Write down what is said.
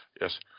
Yes